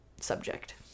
subject